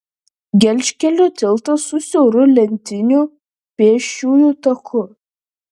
gelžkelio tiltas su siauru lentiniu pėsčiųjų taku